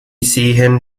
sehen